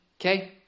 Okay